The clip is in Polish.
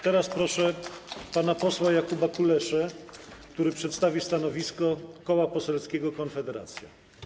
Teraz proszę pana posła Jakuba Kuleszę, który przedstawi stanowisko Koła Poselskiego Konfederacja.